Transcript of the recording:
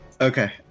Okay